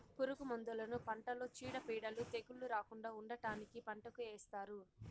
పురుగు మందులను పంటలో చీడపీడలు, తెగుళ్ళు రాకుండా ఉండటానికి పంటకు ఏస్తారు